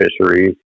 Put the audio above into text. fisheries